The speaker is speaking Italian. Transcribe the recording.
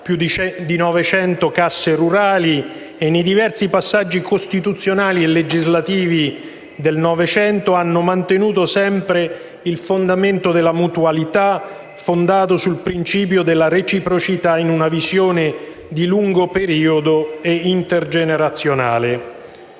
più di 900 casse rurali e nei diversi passaggi costituzionali e legislativi del Novecento hanno mantenuto sempre il fondamento della mutualità, fondato sul principio della reciprocità in una visione di lungo periodo e intergenerazionale.